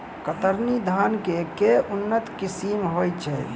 कतरनी धान केँ के उन्नत किसिम होइ छैय?